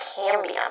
Cambium